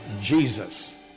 Jesus